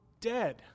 dead